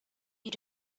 you